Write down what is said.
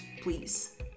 please